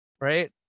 Right